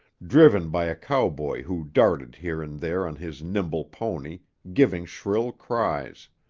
driven by a cowboy who darted here and there on his nimble pony, giving shrill cries.